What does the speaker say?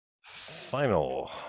Final